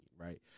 Right